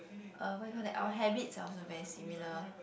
uh what you call that our habits are also very similar